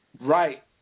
Right